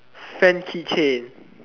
fan keychain